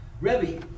Rebbe